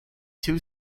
two